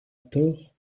tort